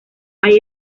hay